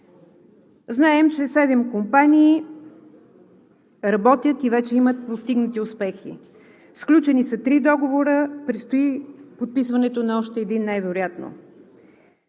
Знаем, че седем компании работят и вече имат постигнати успехи, сключени са три договора, предстои подписването най-вероятно